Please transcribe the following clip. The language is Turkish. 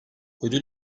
ödül